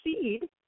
seed